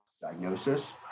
diagnosis